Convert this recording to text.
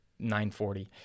940